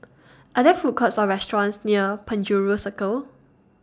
Are There Food Courts Or restaurants near Penjuru Circle